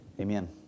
Amen